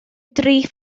dri